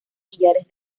millares